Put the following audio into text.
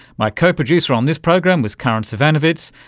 my co-producer on this program was karin zsivanovits.